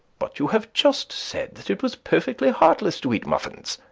but you have just said it was perfectly heartless to eat muffins.